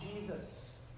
Jesus